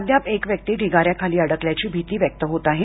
अद्याप एक व्यक्ती ढिगाऱ्याखाली अडकल्याची भीती व्यक्त होत आहे